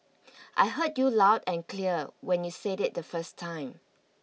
I heard you loud and clear when you said it the first time